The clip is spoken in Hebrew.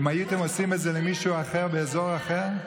אם הייתם עושים את זה למישהו אחר באזור אחר,